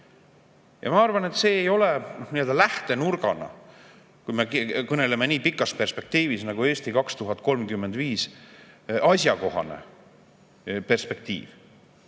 Ma arvan, et see ei ole nii-öelda lähtenurgana, kui me kõneleme nii pikast perspektiivist nagu Eesti 2035, asjakohane perspektiiv.